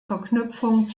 verknüpfung